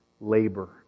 labor